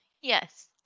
Yes